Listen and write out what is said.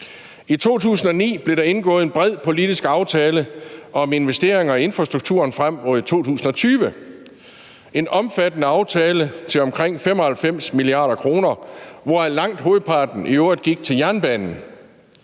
I 2009 blev der indgået en bred politisk aftale om investeringer i infrastrukturen frem mod 2020 – en omfattende aftale til omkring 95 mia. kr., hvoraf langt hovedparten i øvrigt gik til jernbanen.